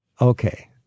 Okay